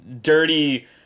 dirty